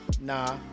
nah